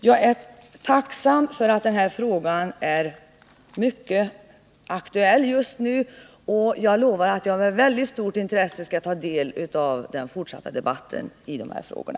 Jag är tacksam för att arbetsmarknadsministern säger att den här frågan är mycket aktuell just nu, och jag lovar att med stort intresse ta del av den fortsatta debatten.